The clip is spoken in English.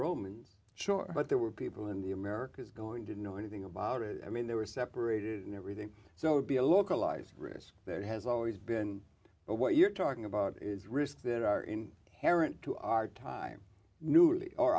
romans sure but there were people in the americas going to know anything about it i mean they were separated and everything so it would be a localized risk there has always been but what you're talking about is risks that are in heron to our time n